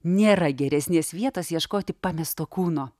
nėra geresnės vietos ieškoti pamesto kūno